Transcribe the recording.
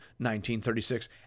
19.36